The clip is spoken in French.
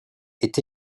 est